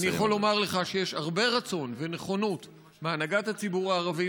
אני יכול לומר לך שיש הרבה רצון ונכונות מהנהגת הציבור הערבי,